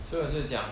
所以我就讲